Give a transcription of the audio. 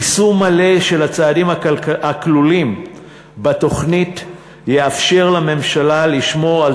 יישום מלא של הצעדים הכלולים בתוכנית יאפשר לממשלה לשמור על